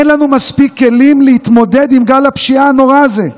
אין לנו מספיק כלים להתמודד עם גל הפשיעה הנורא הזה.